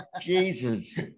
Jesus